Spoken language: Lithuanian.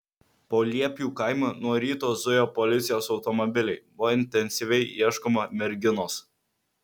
po liepių kaimą nuo ryto zujo policijos automobiliai buvo intensyviai ieškoma merginos